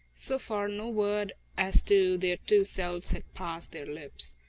so far, no word as to their two selves had passed their lips.